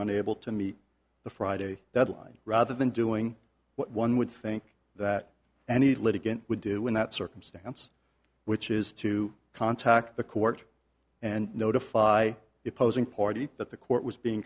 unable to meet the friday deadline rather than doing what one would think that any litigant would do in that circumstance which is to contact the court and notify the posing party that the court was being